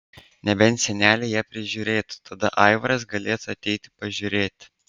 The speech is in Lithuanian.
nebent seneliai ją prižiūrėtų tada aivaras galėtų ateiti pažiūrėti